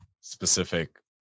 specific